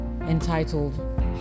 entitled